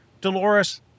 Dolores